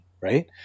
right